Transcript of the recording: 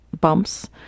bumps